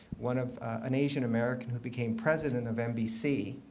one of an asian-american who became president of nbc